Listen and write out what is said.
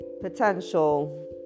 potential